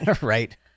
Right